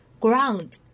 Ground